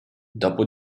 dopo